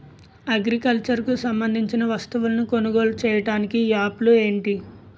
Agriculture కు సంబందించిన వస్తువులను కొనుగోలు చేయటానికి యాప్లు ఏంటి?